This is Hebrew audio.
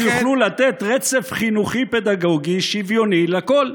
ואז יוכלו לתת רצף חינוכי פדגוגי שוויוני לכול?